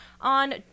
On